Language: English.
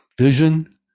vision